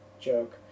joke